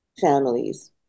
families